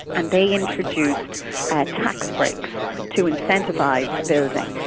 and they introduced tax breaks to incentivise building.